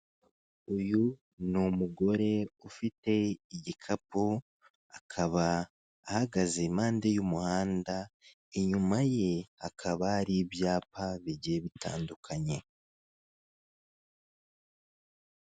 Uyu ni umugore ufite igikapu akaba ahagaze impande y'umuhanda inyuma ye hakaba hari ibyapa bigiye bitandukanye.